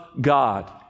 God